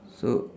so